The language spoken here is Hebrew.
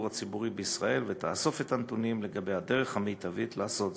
הציבורי בישראל ותאסוף את הנתונים לגבי הדרך המיטבית לעשות זאת.